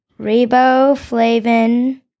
riboflavin